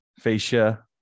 fascia